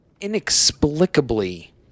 Inexplicably